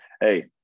Hey